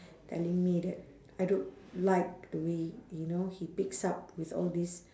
telling me that I don't like the way you know he picks up with all this